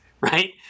Right